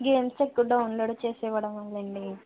games ఎక్కువ download చేసి ఇవ్వడం వల్ల అండి